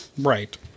Right